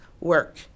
work